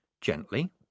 gently